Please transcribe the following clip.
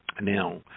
Now